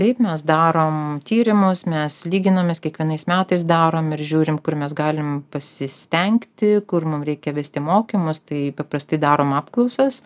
taip mes darom tyrimus mes lyginamės kiekvienais metais darom ir žiūrim kur mes galim pasistengti kur mum reikia vesti mokymus tai paprastai darom apklausas